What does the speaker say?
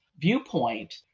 viewpoint